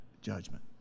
judgment